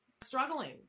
struggling